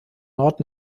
nord